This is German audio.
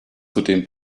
zudem